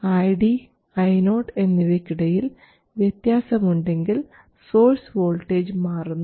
ID Io എന്നിവയ്ക്കിടയിൽ വ്യത്യാസമുണ്ടെങ്കിൽ source voltage മാറുന്നു